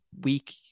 week